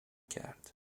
کرد